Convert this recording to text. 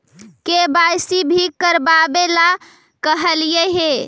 KYC भी करवावेला कहलिये हे?